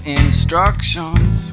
instructions